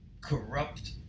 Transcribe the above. corrupt